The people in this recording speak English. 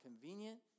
convenient